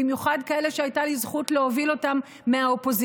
במיוחד כאלה שהייתה לי זכות להוביל אותם מהאופוזיציה.